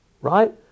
right